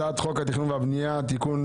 הצעת חוק התכנון והבנייה (תיקון,